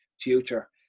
future